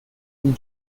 and